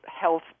health